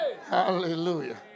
hallelujah